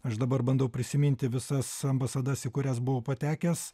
aš dabar bandau prisiminti visas ambasadas į kurias buvau patekęs